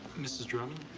mrs. drummond?